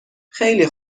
خیلی